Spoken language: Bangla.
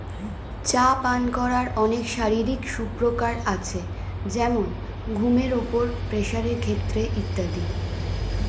চা পান করার অনেক শারীরিক সুপ্রকার আছে যেমন ঘুমের উপর, প্রেসারের ক্ষেত্রে ইত্যাদি